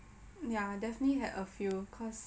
ya definitely had a few cause